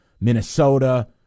Minnesota